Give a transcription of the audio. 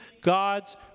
God's